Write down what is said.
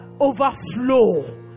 overflow